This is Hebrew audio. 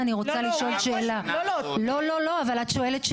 אנחנו מסכימים.